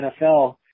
NFL